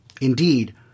Indeed